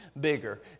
bigger